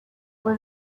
fue